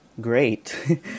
great